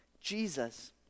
Jesus